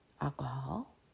alcohol